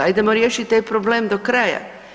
Ajdemo riješiti taj problem do kraja.